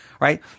right